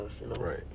Right